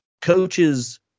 coaches